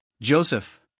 Joseph